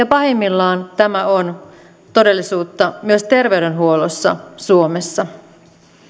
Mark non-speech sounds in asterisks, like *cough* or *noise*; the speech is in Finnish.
*unintelligible* pahimmillaan tämä on todellisuutta myös terveydenhuollossa suomessa